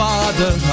Father